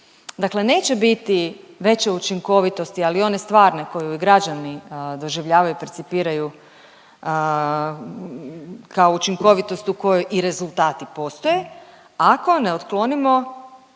Dakle neće biti veće učinkovitosti, ali one stvarne koju i građani doživljavaju i percipiraju kao učinkovitost u kojoj i rezultati postoje ako ne otklonimo